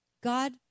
God